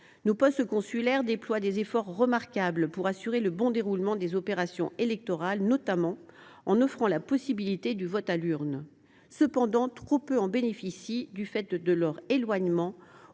Nos postes consulaires déploient des efforts remarquables pour assurer le bon déroulement des opérations électorales, notamment en offrant la possibilité du vote à l’urne. Cependant, trop peu de nos compatriotes en